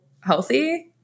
healthy